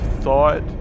thought